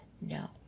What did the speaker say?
no